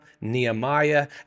nehemiah